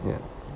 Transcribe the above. ya